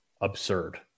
absurd